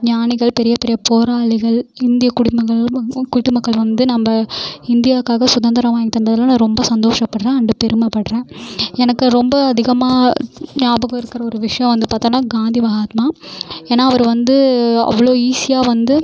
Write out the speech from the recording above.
ஞானிகள் பெரிய பெரிய போராளிகள் இந்திய குடிமகள் குடிமக்கள் வந்து நம்ம இந்தியாவுக்காக சுதந்திரம் வாங்கி தந்ததில் நான் ரொம்ப சந்தோஷப்படுகிறேன் அண்ட் பெருமைப்படுறேன் எனக்கு ரொம்ப அதிகமாக ஞாபகம் இருக்கிற ஒரு விஷயம் வந்து பார்த்தோம்னா காந்தி மகாத்மா ஏன்னால் அவர் வந்து அவ்வளோ ஈஸியாக வந்து